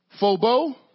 fobo